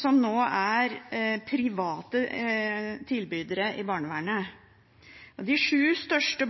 som nå er private tilbydere i barnevernet. De sju største